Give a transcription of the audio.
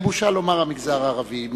אין בושה לומר המגזר הערבי.